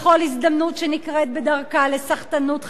בכל הזדמנות שנקרית בדרכה, לסחטנות חרדית,